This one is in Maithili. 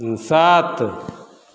सात